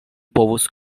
povus